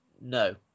no